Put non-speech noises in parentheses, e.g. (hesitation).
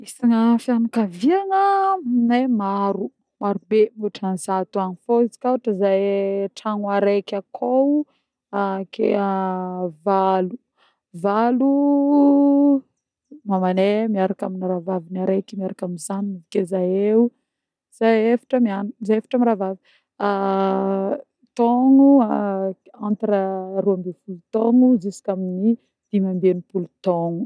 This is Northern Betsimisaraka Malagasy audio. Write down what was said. Isagna fianakaviagna amine maro maro be mihoatran'ny zato agny fô izy koà zehe tragno areky akô (hesitation) ake (hesitation) valo valo: mamaneh miaraka amin'ny rahavaviny areky miaraka amin'ny zanagny avy ake zaheo zahe efatra miana efatra mirahavavy, (hesitation) taogno (hesitation) entre rombifolo taogno jusqu'amin'ny dimy ambi-enipolo taogno.